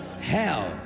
hell